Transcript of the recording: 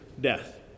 death